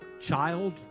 child